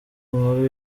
nkuru